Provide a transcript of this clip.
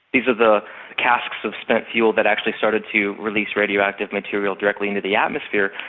these are the casks of spent fuel that actually started to release radioactive material directly into the atmosphere,